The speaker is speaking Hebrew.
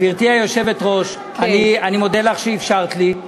גברתי היושבת-ראש, אני מודה לך שאפשרת לי,